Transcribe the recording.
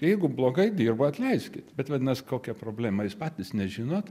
jeigu blogai dirba atleiskit bet vadinas kokia problema jūs patys nežinot